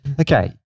okay